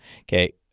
okay